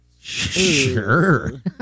Sure